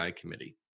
committee